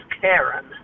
Karen